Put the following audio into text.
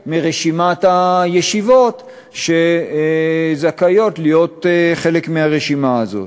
מהישיבות שזכאיות להיות חלק מהרשימה הזאת.